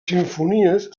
simfonies